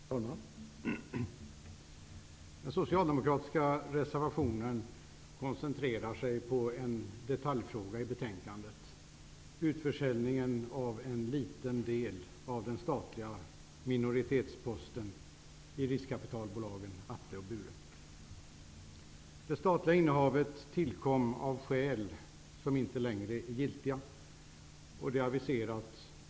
Herr talman! Den socialdemokratiska reservationen koncentrerar sig på en detaljfråga i betänkandet, utförsäljningen av en liten del av den statliga minoritetsposten i riskkapitalbolagen Atle och Bure. Det statliga innehavet tillkom av skäl som inte längre är giltiga.